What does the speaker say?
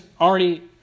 already